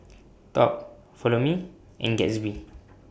Top Follow Me and Gatsby